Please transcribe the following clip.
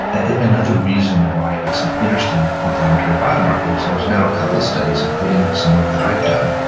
another reason why it's an interesting inflammatory biomarker is there's now a couple of studies, including some work that i have done,